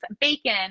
bacon